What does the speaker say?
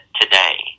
today